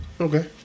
okay